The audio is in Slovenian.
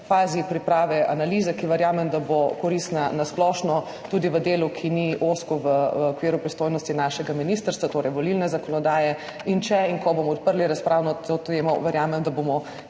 fazi priprave analize, za katero verjamem, da bo koristna na splošno, tudi v delu, ki ni ozko v okviru pristojnosti našega ministrstva, torej volilne zakonodaje. In če in ko bomo odprli razpravo na to temo, verjamem, da bomo